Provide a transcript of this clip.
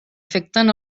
afecten